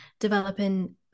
developing